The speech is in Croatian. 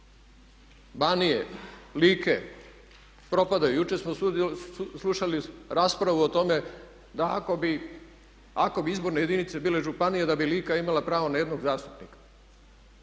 Banije, Like propadaju. Jučer smo slušali raspravu o tome da ako bi izborne jedinice bile županije da bi Lika imala pravo na jednog zastupnika.